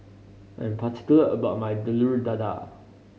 I am particular about my Telur Dadah